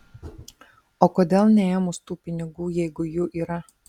o kodėl neėmus tų pinigų jeigu jų yra